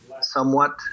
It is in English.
somewhat